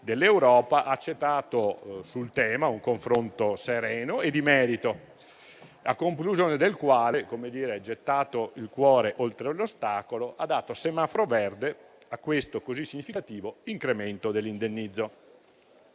europei, ha accettato sul tema un confronto sereno e di merito, a conclusione del quale, gettato il cuore oltre l'ostacolo, ha dato semaforo verde a questo così significativo incremento dell'indennizzo.